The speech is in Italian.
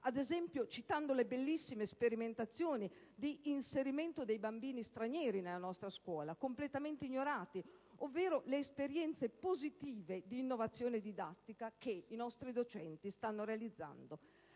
ad esempio citando le bellissime sperimentazioni di inserimento dei bambini stranieri nella nostra scuola, completamente ignorate, ovvero le esperienze positive di innovazione didattica che i nostri docenti stanno realizzando.